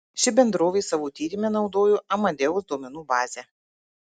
ši bendrovė savo tyrime naudojo amadeus duomenų bazę